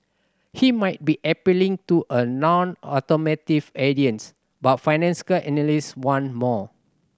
he might be appealing to a nonautomotive audience but financial analysts want more